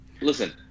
Listen